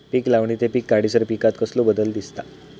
पीक लावणी ते पीक काढीसर पिकांत कसलो बदल दिसता?